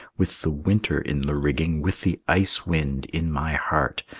with the winter in the rigging, with the ice-wind in my heart,